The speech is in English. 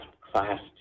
class